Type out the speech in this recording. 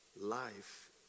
life